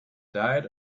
diet